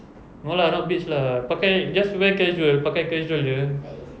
no lah not beach lah pakai just wear casual pakai casual jer